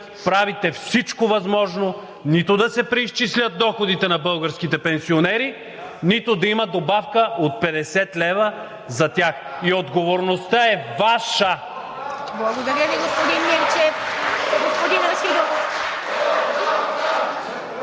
правите всичко възможно нито да се преизчислят доходите на българските пенсионери, нито да има добавка от 50 лв. за тях. И отговорността е Ваша! (Ръкопляскания